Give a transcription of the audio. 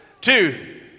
two